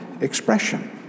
expression